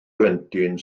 blentyn